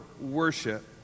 worship